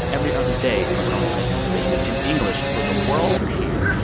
every other day, macron is making a statement in english for the world to hear.